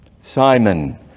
simon